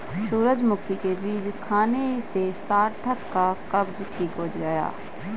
सूरजमुखी के बीज खाने से सार्थक का कब्ज ठीक हो गया